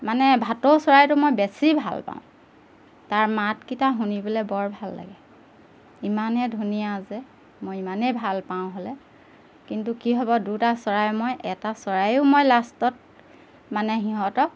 মানে ভাটৌ চৰাইটো মই বেছি ভাল পাওঁ তাৰ মাতকেইটা শুনিবলৈ বৰ ভাল লাগে ইমানে ধুনীয়া যে মই ইমানেই ভাল পাওঁ হ'লে কিন্তু কি হ'ব দুটা চৰাই মই এটা চৰায়ো মই লাষ্টত মানে সিহঁতক